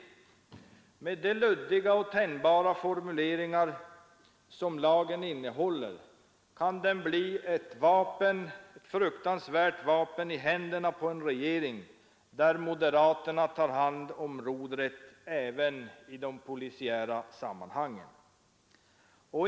Med de luddiga och tänjbara formuleringar som lagen innehåller kan den bli ett fruktansvärt vapen i händerna på en regering där moderaterna tar hand om rodret även i de polisiära sammanhangen.